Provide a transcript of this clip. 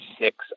six